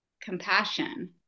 compassion